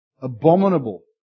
abominable